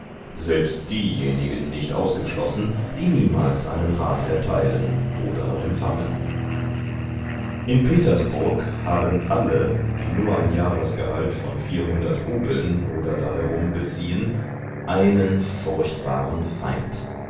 selbst diejenigen nicht ausgeschlossen die niemals einen rat erteilen oder empfangen in petersburg haben alle die nur ein jahresgehalt von vierhundert rubeln oder da herum beziehen einen furchtbaren feind